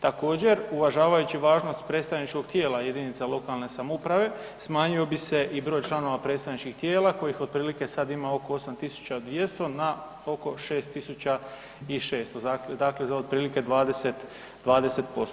Također, uvažavajući važnost predstavničkog tijela jedinica lokalne samouprave, smanjio bi se i broj članova predstavničkih tijela kojih otprilike sad ima oko 8200 na oko 6600, dakle za otprilike 20%